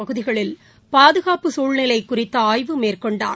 பகுதிகளில் பாதுகாப்பு சூழ்நிலை குறிதத ஆய்வு மேற்கொண்டார்